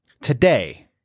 Today